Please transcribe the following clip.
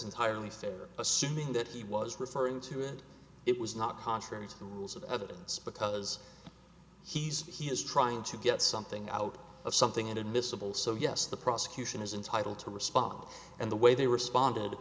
entirely fair assuming that he was referring to it it was not contrary to the rules of evidence because he's he is trying to get something out of something inadmissible so yes the prosecution is entitled to respond and the way they responded